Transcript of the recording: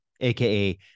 aka